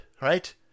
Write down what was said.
right